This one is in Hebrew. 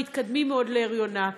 מתקדמים מאוד להריונה,